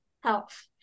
health